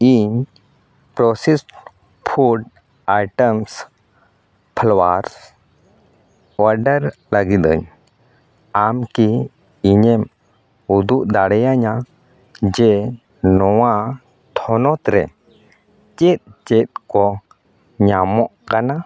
ᱤᱧ proceed food items flowers order ᱞᱟᱹᱜᱤᱫᱟᱹᱧ ᱟᱢ ᱠᱤ ᱤᱧᱮᱢ ᱩᱫᱩᱜ ᱫᱟᱲᱮᱭᱟᱹᱧᱟᱹ ᱡᱮ ᱱᱚᱣᱟ ᱛᱷᱚᱱᱚᱛᱨᱮ ᱪᱮᱫ ᱪᱮᱫ ᱠᱚ ᱧᱟᱢᱚᱜ ᱠᱟᱱᱟ